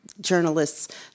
journalists